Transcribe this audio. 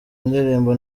indirimbo